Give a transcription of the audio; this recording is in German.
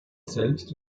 selbst